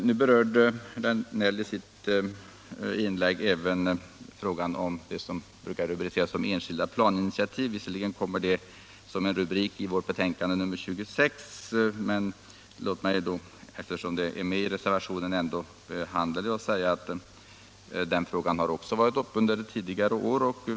Nu berörde herr Danell i sitt inlägg också frågan om det som brukar rubriceras enskilda planinitiativ. Visserligen kommer detta som en rubrik i civilutskottets betänkande nr 26, men eftersom frågan finns med i reservationen har jag ändå anledning att säga att också den frågan har varit uppe till debatt tidigare år.